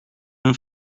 een